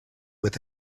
with